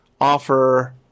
offer